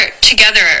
together